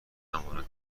امانت